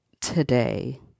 today